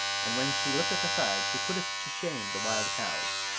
and when she looketh aside she putteth to shame the wild cows.